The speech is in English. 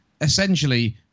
essentially